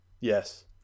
Yes